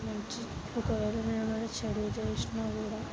మంచి ఒక రోజు నేనేమైనా చెడు చేసిన కూడా